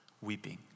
weeping